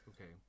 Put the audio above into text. okay